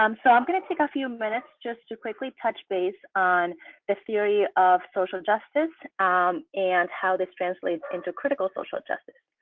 um so i'm going to take a few minutes just to quickly touch base on the theory of social justice and how this translates into critical social justice.